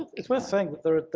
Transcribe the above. it's worth saying that there are